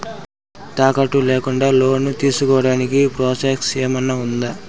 తాకట్టు లేకుండా లోను తీసుకోడానికి ప్రాసెస్ ఏమన్నా ఉందా?